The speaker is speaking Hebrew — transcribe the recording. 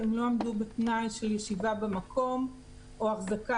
הן לא עמדו בתנאי של ישיבה במקום או החזקה